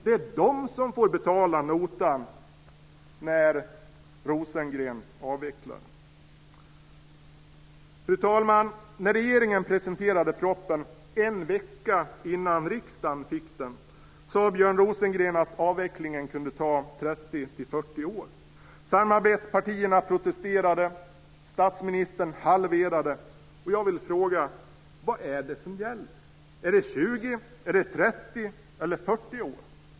Det är de som får betala notan när Rosengren avvecklar. Fru talman! När regeringen presenterade propositionen en vecka innan riksdagen fick den sade Björn Rosengren att avvecklingen kunde ta 30-40 år. Samarbetspartierna protesterade, statsministern halverade. eller 40 år?